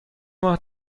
ماه